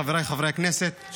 חבריי חברי הכנסת,